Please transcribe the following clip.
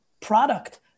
product